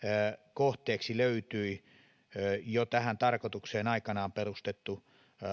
kohteeksi löytyi jo tähän tarkoitukseen aikanaan perustettu